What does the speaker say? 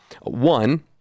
One